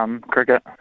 cricket